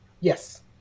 yes